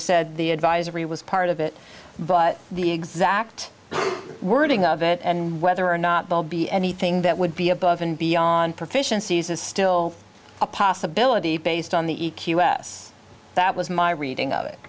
i said the advisory was part of it but the exact wording of it and whether or not they'll be anything that would be above and beyond proficiencies is still a possibility based on the e q s that was my reading of it